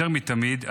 יותר מתמיד,